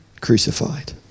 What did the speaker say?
crucified